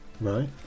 Right